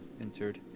entered